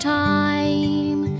time